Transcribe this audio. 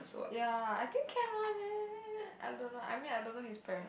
ya I think can one leh I don't know I mean I don't know his parents